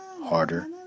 harder